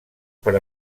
per